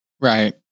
Right